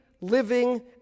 living